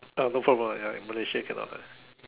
uh no problem ya in Malaysia cannot ah